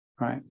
Right